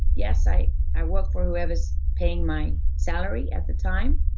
yes, i i work for whoever's paying my salary at the time,